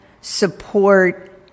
support